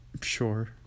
Sure